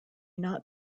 not